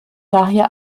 daher